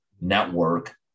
network